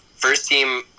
First-team